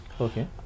Okay